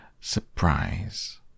surprise